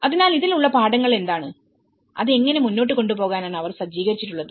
അതിനാൽഇതിൽ ഉള്ള പാഠങ്ങൾ എന്താണ്അത് എങ്ങനെ മുന്നോട്ട് കൊണ്ടുപോകാനാണ് അവർ സജ്ജീകരിച്ചിട്ടുള്ളത്